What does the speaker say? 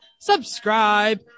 subscribe